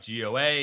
GOA